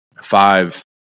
five